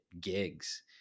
gigs